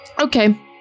Okay